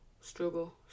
struggle